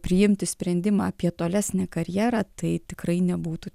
priimti sprendimą apie tolesnę karjerą tai tikrai nebūtų